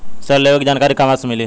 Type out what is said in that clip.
ऋण लेवे के जानकारी कहवा से मिली?